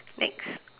next